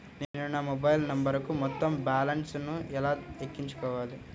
నేను నా మొబైల్ నంబరుకు మొత్తం బాలన్స్ ను ఎలా ఎక్కించుకోవాలి?